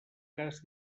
cas